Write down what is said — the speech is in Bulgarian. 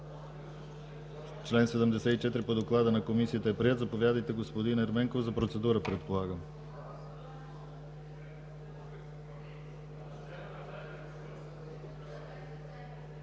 Член 74 по доклада на Комисията е приет. Заповядайте, господин Ерменков. Предполагам